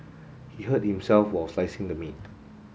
he hurt himself while slicing the meat